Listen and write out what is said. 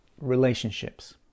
relationships